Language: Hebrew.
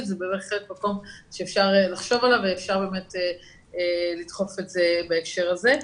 זה בהחלט מקום שאפשר לחשוב עליו ולדחוף את זה בהקשר הזה.